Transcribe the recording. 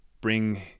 bring